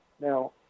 Now